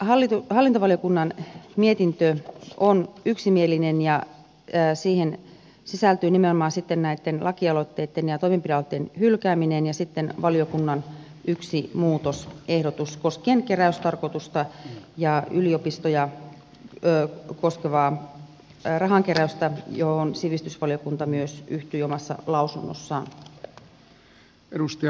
tämä hallintovaliokunnan mietintö on yksimielinen ja siihen sisältyy nimenomaan näitten lakialoitteitten ja toimenpidealoitteen hylkääminen ja valiokunnan yksi muutosehdotus koskien keräystarkoitusta ja yliopistoja koskevaa rahankeräystä johon sivistysvaliokunta myös yhtyi omassa lausunnossaan